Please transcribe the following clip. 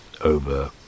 over